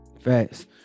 Facts